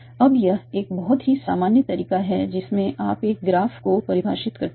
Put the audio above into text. अब यह एक बहुत ही सामान्य तरीका है जिसमें आप एक ग्राफ को परिभाषित करते हैं